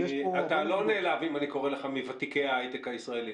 אתה לא נעלב אם אני קורא לך שאתה מוותיקי ההיי-טק הישראלי,